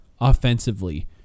offensively